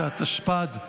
17), התשפ"ד 2024,